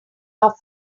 are